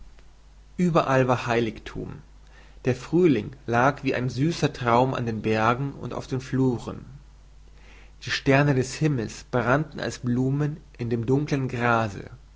ueberall war heiligthum der frühling lag wie ein süßer traum an den bergen und auf den fluren die sterne des himmels brannten als blumen in dem dunkeln grase